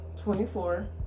24